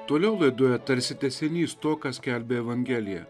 toliau laidoje tarsi tęsinys to ką skelbė evangelija